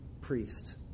priest